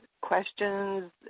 questions